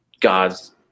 God's